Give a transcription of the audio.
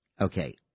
Okay